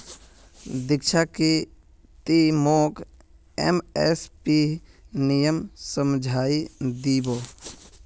दीक्षा की ती मोक एम.एस.पीर नियम समझइ दी बो